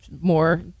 more